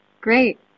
Great